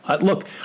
look